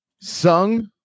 sung